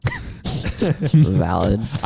valid